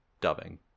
dubbing